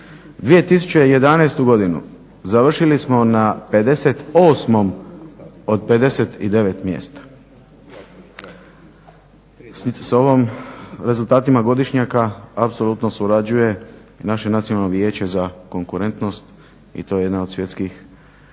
2011. godinu završili smo na 58 od 59 mjesta. S ovim rezultatima godišnjaka apsolutno surađuje i naše Nacionalno vijeće za konkurentnost i to je jedna od svjetskih